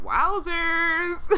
Wowzers